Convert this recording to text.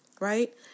right